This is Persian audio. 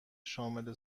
شامل